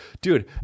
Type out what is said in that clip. Dude